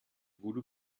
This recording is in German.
voodoo